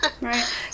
Right